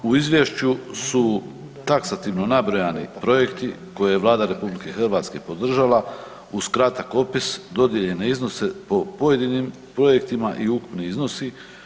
U izvješću su taksativno nabrojani projekti koje je Vlada RH podržala uz kratak opis, dodijeljene iznose po pojedinim projektima i ukupni iznosi.